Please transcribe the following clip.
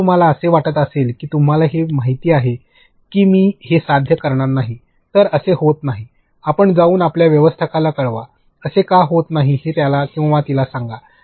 जर तुम्हाला असे वाटत असेल की तुम्हाला हे माहित आहे की मी हे साध्य करणार नाही तर असे होत नाही आपण जाऊन आपल्या व्यवस्थापकाला कळवा असे का होत नाही ते त्याला किंवा तिला सांगा